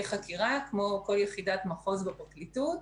חקירה כמו כל יחידת מחוז בפרקליטות.